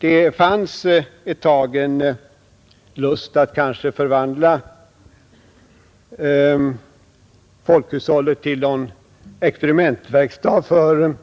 Det fanns ett tag en lust att förvandla folkhushållet till en experimentverkstad för